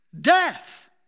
Death